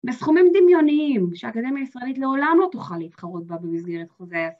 ‫בסכומים דמיוניים שאקדמיה הישראלית ‫לעולם לא תוכל להתחרות בה במסגרת חוזרת.